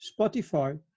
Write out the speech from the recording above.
Spotify